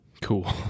cool